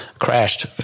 crashed